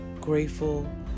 Grateful